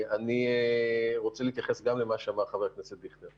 אנחנו מקווים להגיע ל-100 אלף בדיקות capacity.